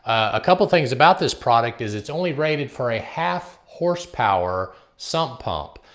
a couple things about this product is it's only rated for a half horsepower sump pump.